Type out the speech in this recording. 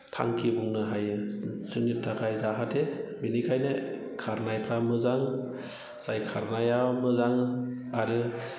थांखि बुंनो हायो जोंनि थाखाय जाहाथे बिनिखायनो खारनायफ्रा मोजां जाय खारनायाव मोजां आरो